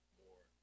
more